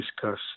discuss